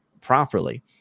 properly